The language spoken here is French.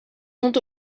sont